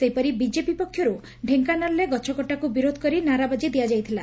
ସେହିପରି ବିଜେପି ପକ୍ଷର୍ ଡ଼େଙ୍କାନାଳରେ ଗଛକଟାକୁ ବିରୋଧ କରି ନାରାବାଜି ଦିଆଯାଇଥିଲା